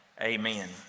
amen